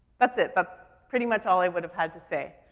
that's it. that's pretty much all i would have had to say.